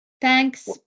Thanks